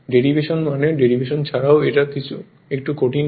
derivation মানে derivation ছাড়াও এটা একটু কঠিন হয়